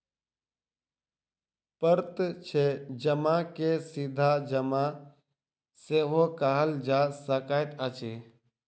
प्रत्यक्ष जमा के सीधा जमा सेहो कहल जा सकैत अछि